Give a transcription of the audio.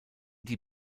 die